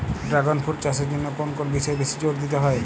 Dragon fruit চাষের জন্য কোন কোন বিষয়ে বেশি জোর দিতে হয়?